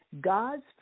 God's